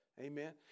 Amen